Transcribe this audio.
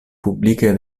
publike